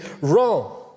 wrong